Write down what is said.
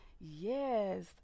yes